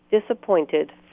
disappointed